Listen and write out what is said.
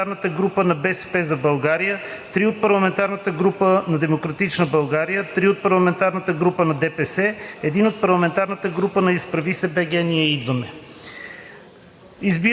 3 от парламентарната група на „БСП за България“, 2 от парламентарната група на „Демократична България“, 2 от парламентарната група на ДПС, 1 от парламентарната група на „Изправи се БГ! Ние идваме!“.